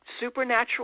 supernatural